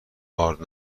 ارد